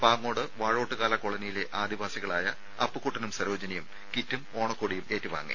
പാങ്ങോട് വാഴോട്ടുകാല കോളനിയിലെ ആദിവാസികളായ അപ്പുക്കുട്ടനും സരോജനിയും കിറ്റും ഓണക്കോടിയും ഏറ്റുവാങ്ങി